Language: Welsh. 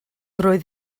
roedd